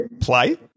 play